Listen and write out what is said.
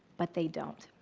but they don't.